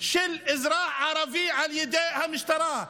של אזרח ערבי על ידי המשטרה,